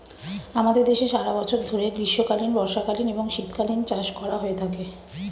আমাদের দেশে সারা বছর ধরে গ্রীষ্মকালীন, বর্ষাকালীন এবং শীতকালীন চাষ করা হয়ে থাকে